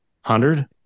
hundred